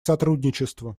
сотрудничеству